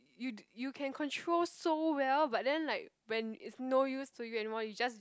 you d~ you can control so well but then like when it's no use to you anymore you just